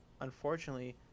unfortunately